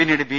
പിന്നീട് ബി